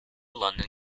london